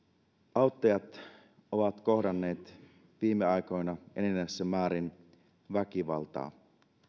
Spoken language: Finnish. auttajat ovat kohdanneet viime aikoina enenevässä määrin väkivaltaa